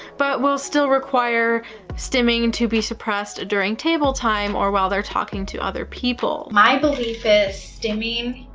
but will still require stimming to be suppressed during table time or while they're talking to other people. my belief is stimming,